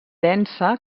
densa